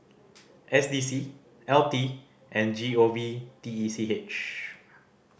S D C L T and G O V T E C H